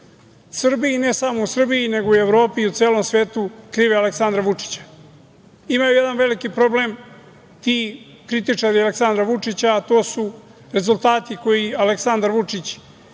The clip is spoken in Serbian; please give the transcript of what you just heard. Srbiji, i ne samo u Srbiji nego i u Evropi i celom svetu, krive Aleksandra Vučića. Imaju jedan veliki problem ti kritičari Aleksandra Vučića, a to su rezultati koje Aleksandar Vučić,